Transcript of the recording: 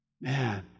man